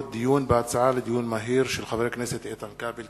הצעתו של חבר הכנסת איתן כבל.